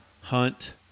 Hunt